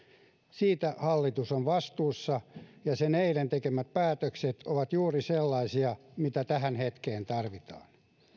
siitä hallitus on vastuussa ja sen eilen tekemät päätökset ovat juuri sellaisia mitä tähän hetkeen tarvitaan